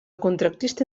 contractista